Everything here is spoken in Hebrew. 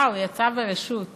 אה, הוא יצא ברשות.